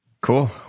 cool